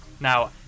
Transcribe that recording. Now